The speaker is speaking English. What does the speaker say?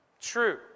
true